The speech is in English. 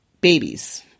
babies